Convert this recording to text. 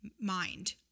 Mind